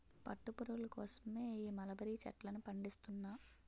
పట్టు పురుగుల కోసమే ఈ మలబరీ చెట్లను పండిస్తున్నా